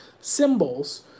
symbols